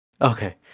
Okay